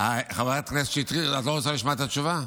חברת הכנסת שטרית, את לא רוצה לשמוע את התשובה?